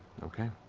okay.